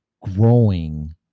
growing